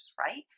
right